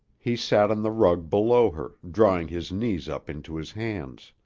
he sat on the rug below her, drawing his knees up into his hands.